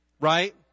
right